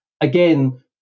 again